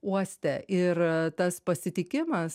uoste ir tas pasitikimas